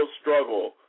struggle